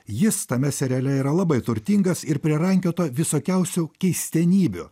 jis tame seriale yra labai turtingas ir prirankiota visokiausių keistenybių